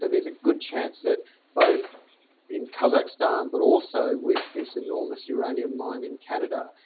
there's a good chance that both in kazakhstan, but also with this enormous uranium mine in canada,